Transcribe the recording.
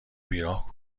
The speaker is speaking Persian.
بیراه